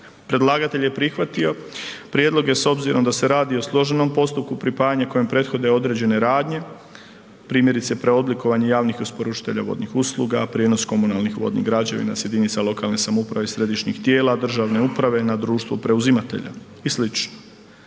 Predlagatelj je prihvatio prijedloge s obzirom da se radi o složenom postupku pripajanja kojem prethode određene radnje, primjerice preoblikovanje javnih isporučitelja vodnih usluga, prijenos komunalnih vodnih građevina sa jedinica lokalne samouprave, središnjih tijela državne uprave na društvu preuzimatelja i